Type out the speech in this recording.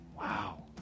Wow